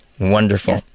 Wonderful